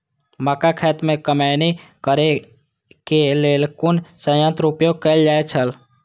मक्का खेत में कमौनी करेय केय लेल कुन संयंत्र उपयोग कैल जाए छल?